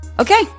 Okay